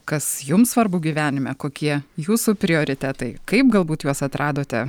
kas jums svarbu gyvenime kokie jūsų prioritetai kaip galbūt juos atradote